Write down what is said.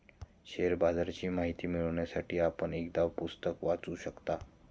share बाजाराची माहिती मिळवण्यासाठी आपण एखादं पुस्तक वाचू शकता